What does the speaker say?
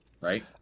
Right